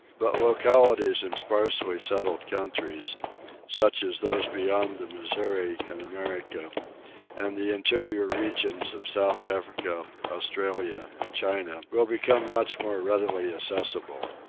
but localities in sparsely settled countries such as those beyond the missouri in america and the interior regions of south africa, australia and china will become much more readily accessible.